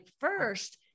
first